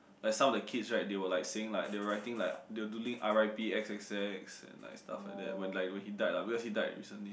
like some of the kids right they were like saying like they were writing like they were doodling r_i_p X X X and like stuff like that when like when he died lah because he died recently